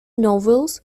novels